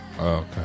Okay